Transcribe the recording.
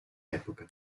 epoca